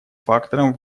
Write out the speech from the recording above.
фактором